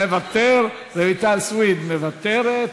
מוותר, רויטל סויד, מוותרת,